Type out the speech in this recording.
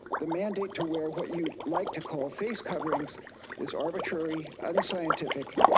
the mandate to wear what you like to call face coverings is arbitrary, unscientific,